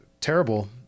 terrible